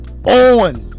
on